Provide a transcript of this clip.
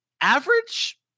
average